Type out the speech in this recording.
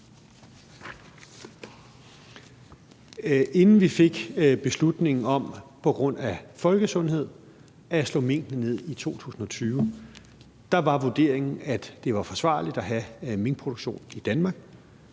tog beslutningen om at slå minkene ned i 2020, var vurderingen, at det var forsvarligt at have minkproduktion i Danmark.